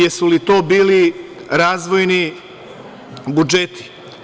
Jesu li to bili razvojni budžeti?